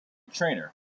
trainer